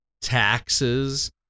taxes